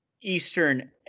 Eastern